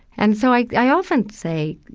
and so i often say,